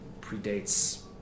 predates